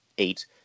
eight